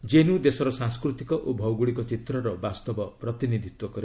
JNU ଦେଶର ସାଂସ୍କୃତିକ ଓ ଭୌଗଳିକ ଚିତ୍ରର ବାସ୍ତବ ପ୍ରତିନିଧିତ୍ୱ କରେ